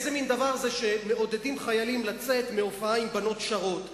איזה מין דבר זה שמעודדים חיילים לצאת מהופעה עם בנות שרות?